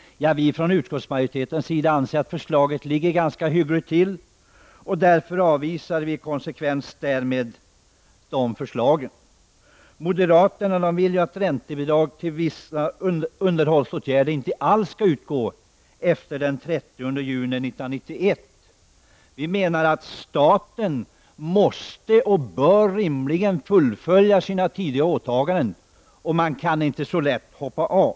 Vi från utskottsmajoritetens sida anser att förslaget ligger ganska bra till, och avvisar därför dessa yrkanden. Moderaterna vill att räntebidrag till vissa underhållsåtgärder inte alls skall utgå efter den 30 juni 1991. Vi menar att staten rimligen bör och måste fullfölja sina tidigare åtaganden, och man kan inte så lätt hoppa av.